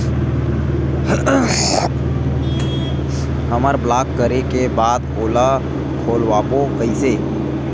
हमर ब्लॉक करे के बाद ओला खोलवाबो कइसे?